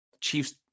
Chiefs